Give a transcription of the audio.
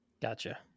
Gotcha